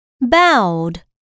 Bowed